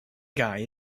guy